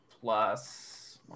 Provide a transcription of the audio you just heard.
plus